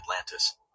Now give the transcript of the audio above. Atlantis